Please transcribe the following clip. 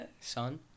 Son